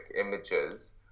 images